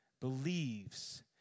believes